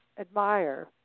admire